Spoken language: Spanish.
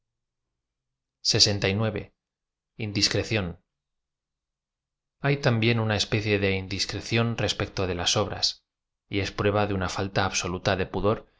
lxi indiscreción h a y también una especie de indiscreción respecto de las obras y es prueba de una falta absoluta de pu